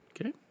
okay